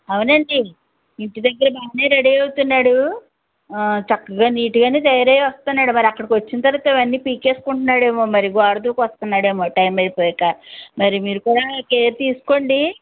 అవునండి ఇంటి దగ్గర బాగానే రెడీ అవుతున్నాడు చక్కగా నీట్గానే తయారయ్యే వస్తున్నాడు మరి అక్కడకొచ్చిన తరువాత అవన్నీ పీకేసుకుంటున్నాడేమో మరి గోడ దూకి వస్తున్నాడేమో టైం అయిపోయాక మరి మీరు కూడా కేర్ తీసుకోండి